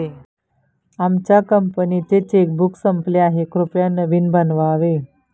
आमच्या कंपनीचे चेकबुक संपले आहे, कृपया नवीन बनवावे